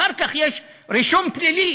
אחר כך יש רישום פלילי.